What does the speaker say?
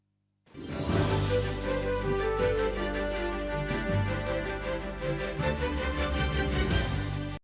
Дякую.